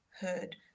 heard